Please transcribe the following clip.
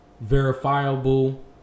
verifiable